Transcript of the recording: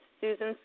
Susan